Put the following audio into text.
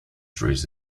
trees